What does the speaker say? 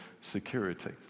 security